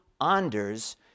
Anders